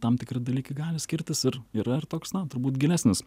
tam tikri dalykai gali skirtis ir yra ir toks na turbūt gilesnis